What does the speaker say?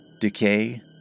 Decay